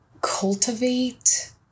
Cultivate